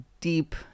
deep